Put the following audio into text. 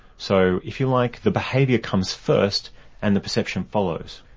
so if you like, the behaviour comes first and the perception follows.